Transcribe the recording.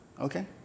Okay